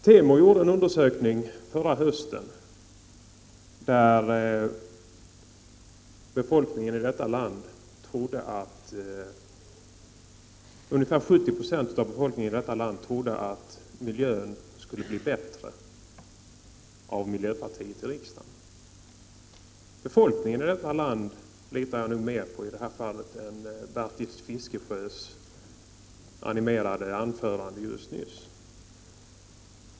Temo gjorde förra hösten en undersökning, som visade att ungefär 70 26 — Prot. 1989/90:36 av befolkningen i detta land trodde att miljön skulle bli bättre med miljöpar 30 november 1990 tiet i riksdagen. Befolkningen i detta land litar jag nog mera på i detta fall - än Bertil Fiskesjös animerade anförande alldeles nyss.